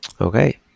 Okay